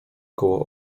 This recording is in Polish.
koło